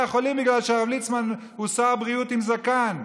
החולים בגלל שהרב ליצמן הוא שר בריאות עם זקן.